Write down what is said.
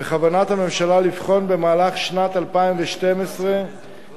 בכוונת הממשלה לבחון במהלך שנת 2012 תיקון